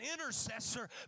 intercessor